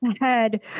ahead